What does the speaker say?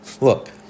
Look